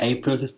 April